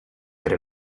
tre